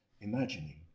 imagining